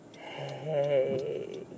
Hey